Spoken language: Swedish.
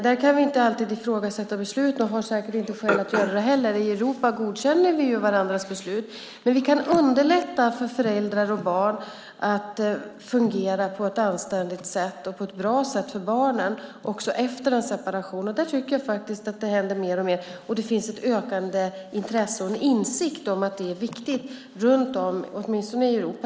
Där kan vi inte alltid ifrågasätta beslut och har säkert inte skäl att göra det heller. I Europa godkänner vi ju varandras beslut. Men vi kan underlätta för föräldrar och barn så att det kan fungera på ett anständigt och bra sätt för barnen också efter en separation. Där tycker jag faktiskt att det händer mer och mer, och det finns ett ökande intresse och en insikt om att det är viktigt, åtminstone i Europa.